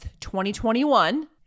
2021